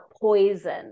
poison